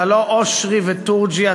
אתה לא אושרי ותורג'י,